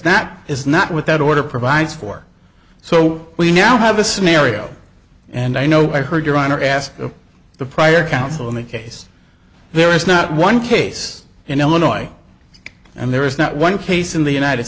that is not with that order provides for so we now have a scenario and i know i heard your honor ask the prior councilman case there is not one case in illinois and there is not one case in the united